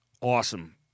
awesome